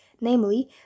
namely